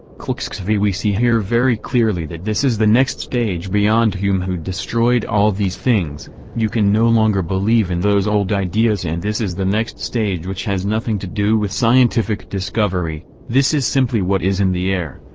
clxxvi we see here very clearly that this is the next stage beyond hume who destroyed all these things you can no longer believe in those old ideas and this is the next stage which has nothing to do with scientific discovery this is simply what is in the air.